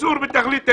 בתכלית האיסור.